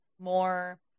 more